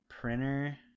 printer